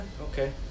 Okay